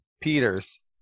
Peters